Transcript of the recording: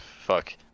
fuck